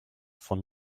von